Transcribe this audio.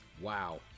Wow